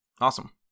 Awesome